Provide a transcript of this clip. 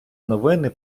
новини